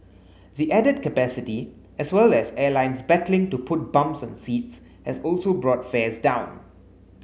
the added capacity as well as airlines battling to put bums on seats has also brought fares down